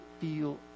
feel